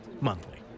monthly